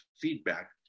feedback